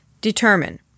determine